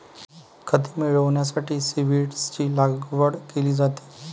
खते मिळविण्यासाठी सीव्हीड्सची लागवड केली जाते